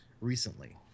recently